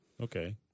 Okay